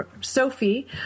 Sophie